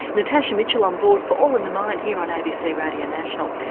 natasha mitchell on board for all in the mind here on abc radio national.